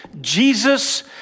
Jesus